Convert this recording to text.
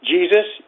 Jesus